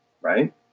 right